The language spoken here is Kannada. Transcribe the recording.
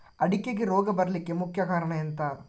ಅಡಿಕೆಗೆ ರೋಗ ಬರ್ಲಿಕ್ಕೆ ಮುಖ್ಯ ಕಾರಣ ಎಂಥ?